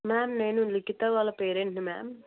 ma'am నేను లిఖిత వాళ్ళ పేరేంట్ని మ్యామ్